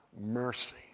mercy